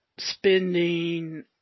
spending